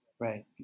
Right